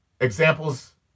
examples